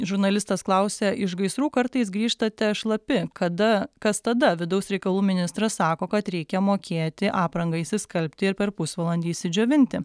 žurnalistas klausia iš gaisrų kartais grįžtate šlapi kada kas tada vidaus reikalų ministras sako kad reikia mokėti aprangą išsiskalbti ir per pusvalandį išsidžiovinti